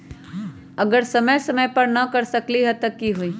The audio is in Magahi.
अगर समय समय पर न कर सकील त कि हुई?